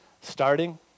starting